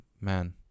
man